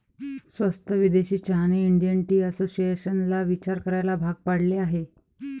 स्वस्त विदेशी चहाने इंडियन टी असोसिएशनला विचार करायला भाग पाडले आहे